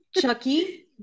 Chucky